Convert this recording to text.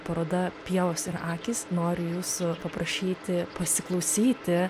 paroda pievos ir akys noriu jūsų paprašyti pasiklausyti